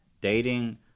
dating